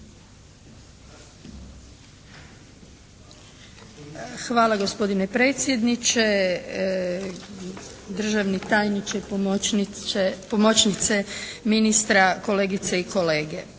Hvala gospodine predsjedniče, državni tajniče, pomoćnice ministra, kolegice i kolege.